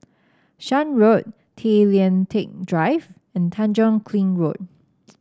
Shan Road Tay Lian Teck Drive and Tanjong Kling Road